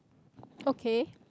okay